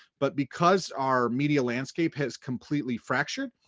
but because our media landscape has completely fractured,